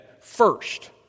First